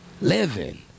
Living